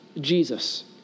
Jesus